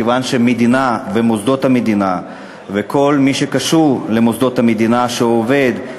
מכיוון שהמדינה ומוסדות המדינה וכל מי שקשור למוסדות המדינה שעובד,